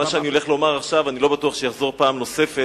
מה שאני הולך לומר עכשיו אני לא בטוח שיחזור פעם נוספת.